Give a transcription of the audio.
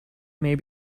may